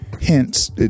Hence